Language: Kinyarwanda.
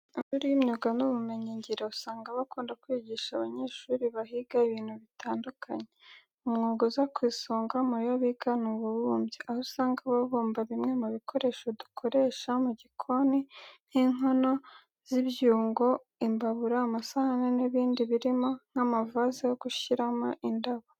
Amashuri y'imyuga n'ubumenyingiro, usanga aba akunda kwigisha abanyeshuri bahiga ibintu bitandukanye. Umwuga uza ku isonga mu yo biga ni ububumbyi. Aho usanga babumba bimwe mu bikoresho dukoresha mu gikoni nk'inkono z'ibyungo, imbabura, amasahane n'ibindi birimo nk'amavaze yo gushyiramo indabo.